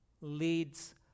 leads